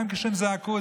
גם כשהם זעקו,